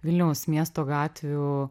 vilniaus miesto gatvių